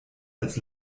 als